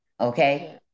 okay